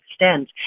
extent